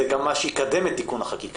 זה גם מה שיקדם את תיקון החקיקה,